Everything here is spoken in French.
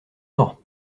mort